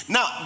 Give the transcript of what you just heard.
Now